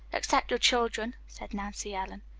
except your children, said nancy ellen.